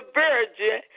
virgin